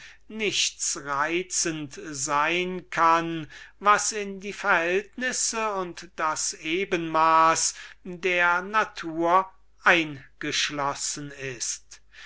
nichts reizend sein kann was in die verhältnisse und das ebenmaß der natur eingeschlossen ist